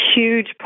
Huge